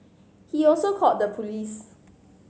he also called the police